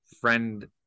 friend